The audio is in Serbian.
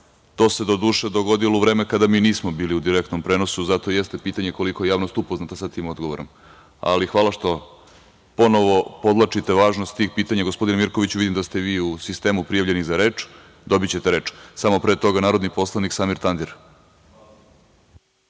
to se doduše dogodilo kada mi nismo bili u direktnom prenosu, zato jeste pitanje koliko je javnost upoznata sa tim odgovorom. Hvala što ponovo podvlačite važnost tih pitanja. Gospodine Mirkoviću vidim da ste vi u sistemu prijavljenih za reč, dobićete reč, samo pre toga reč ima narodni poslanik Samir